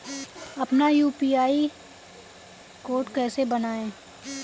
हम अपना UPI code कैसे बनाएँ?